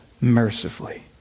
mercifully